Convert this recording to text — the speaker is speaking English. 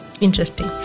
Interesting